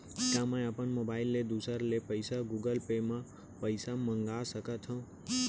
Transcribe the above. का मैं अपन मोबाइल ले दूसर ले पइसा गूगल पे म पइसा मंगा सकथव?